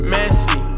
Messy